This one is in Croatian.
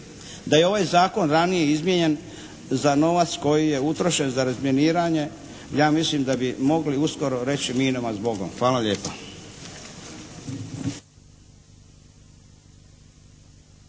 Da je ovaj zakon ranije izmijenjen za novac koji je utrošen za razminiranje ja mislim da bi mogli uskoro reći minama zbogom. Hvala lijepa.